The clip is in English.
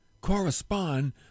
correspond